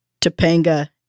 Topanga